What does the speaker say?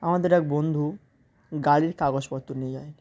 আমাদের এক বন্ধু গাড়ির কাগজপত্র নিয়ে যায়নি